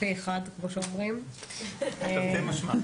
פה אחד, כמו שאומרים, תרתי משמע.